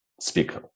speak